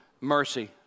mercy